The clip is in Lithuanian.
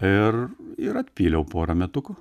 ir ir atpyliau porą metukų